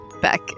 back